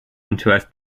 interest